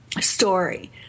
story